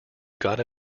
gotta